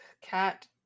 cat